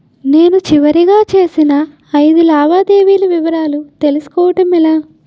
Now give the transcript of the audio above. నేను చివరిగా చేసిన ఐదు లావాదేవీల వివరాలు తెలుసుకోవటం ఎలా?